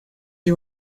you